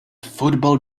football